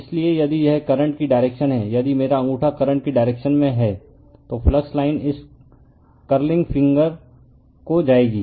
इसलिए यदि यह करंट की डायरेक्शन है यदि मेरा अंगूठा करंट की डायरेक्शन में है तो फ्लक्स लाइन इस कर्लिंग फिंगर को जाएगी